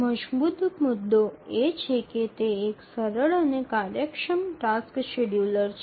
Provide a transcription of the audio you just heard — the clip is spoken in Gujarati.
મજબૂત મુદ્દો એ છે કે તે એક સરળ અને કાર્યક્ષમ ટાસ્ક શેડ્યૂલર છે